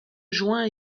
joint